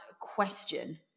question